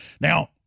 Now